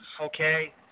okay